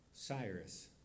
Cyrus